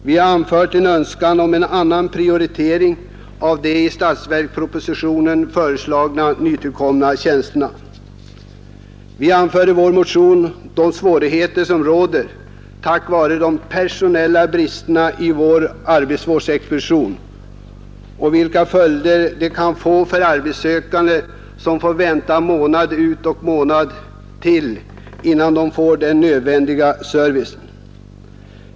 Vi har anfört att vi önskar en annan prioritering av de i statsverkspropositionen föreslagna nytillkomna tjänsterna. Vi har i motionen pekat på de svårigheter som råder på grund av de personella bristerna på våra arbetsvårdsexpeditioner och vilka följder som kan uppstå för arbetssökande som måste vänta månad efter månad innan de får nödvändig service.